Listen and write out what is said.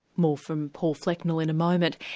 more from paul flecknell in a moment.